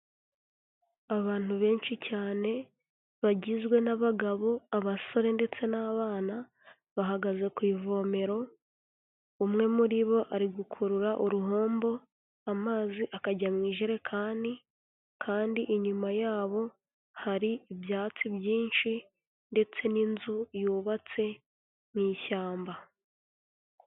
Abantu benshi cyane bagizwe n'abagabo, abasore ndetse n'abana, bahagaze ku ivomero, umwe muri bo ari gukurura uruhombo amazi akajya mu ijerekani kandi inyuma yabo hari ibyatsi byinshi ndetse n'inzu yubatse mu ishyamba.